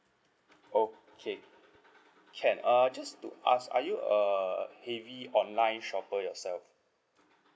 okay can uh just to ask are you a heavy online shopper yourself